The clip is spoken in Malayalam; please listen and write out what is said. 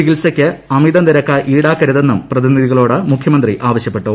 ചികിത്സയ്ക്ക് അമിത നിരക്ക് ഈടാക്കരുതെന്നും പ്രതിനിധികളോട് മുഖ്യമന്ത്രി ആവശ്യപ്പെട്ടു